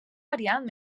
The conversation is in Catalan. variant